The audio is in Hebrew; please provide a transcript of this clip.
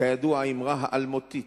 כידוע, האמרה האלמותית